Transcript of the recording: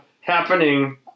happening